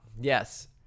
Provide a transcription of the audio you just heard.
Yes